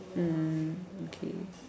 mm okay